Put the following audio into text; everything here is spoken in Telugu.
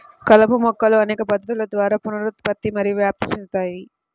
కలుపు మొక్కలు అనేక పద్ధతుల ద్వారా పునరుత్పత్తి మరియు వ్యాప్తి చెందుతాయి